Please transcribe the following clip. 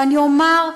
ואני אומר,